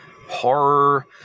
horror